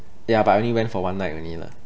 ya but I only went for one night only lah